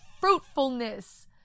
fruitfulness